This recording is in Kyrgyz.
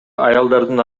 аялдардын